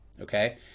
Okay